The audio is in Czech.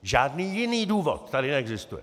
Žádný jiný důvod tady neexistuje.